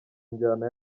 njyana